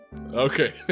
Okay